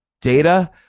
data